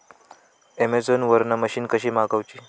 Amazon वरन machine कशी मागवची?